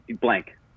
blank